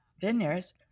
vineyards